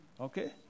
Okay